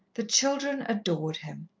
the children adored him.